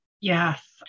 Yes